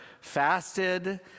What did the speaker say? fasted